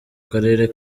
karere